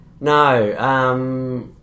No